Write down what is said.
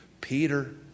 Peter